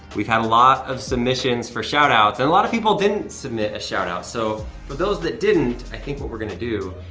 we've had a lot of submissions for shout-outs, and a lot of people didn't submit a shout-out. so for those that didn't, i think what we're gonna do,